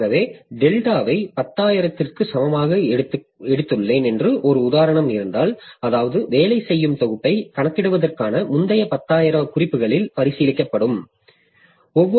ஆகவே டெல்டாவை 10 000 க்கு சமமாக எடுத்துள்ளேன் என்று ஒரு உதாரணம் இருந்தால் அதாவது வேலை செய்யும் தொகுப்பைக் கணக்கிடுவதற்கான முந்தைய 10 000 குறிப்புகளில் பரிசீலிக்கப்படுவோம்